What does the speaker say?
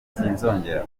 sinzongera